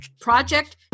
project